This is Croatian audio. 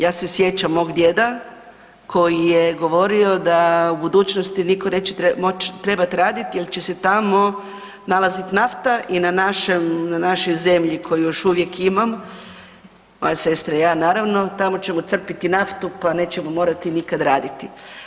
Ja se sjećam mog djeda koji je govorio da u budućnosti nitko neće trebati raditi jer će se tamo nalaziti nafta i na našoj zemlju koju još uvijek imam moja sestra i ja naravno tamo ćemo crpiti naftu, pa nećemo morati nikada raditi.